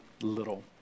little